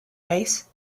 base